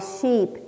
sheep